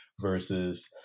versus